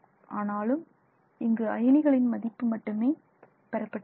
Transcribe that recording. ஆனாலும் இங்கு அயணிகளின் மதிப்பு மட்டுமே பெறப்பட்டுள்ளது